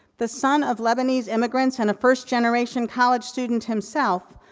the son of lebanese immigrants and the first generation college student himself,